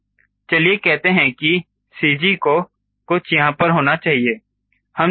चलिए कहते हैं कि CG को कुछ यहां पर होना चाहिए